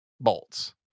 bolts